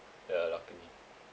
ya luckily